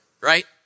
right